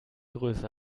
größe